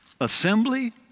Assembly